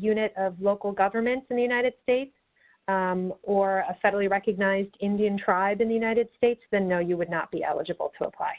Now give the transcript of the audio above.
unit of local government in the united states or a federally recognized indian tribe in the united states, then, no, you would not be eligible to apply.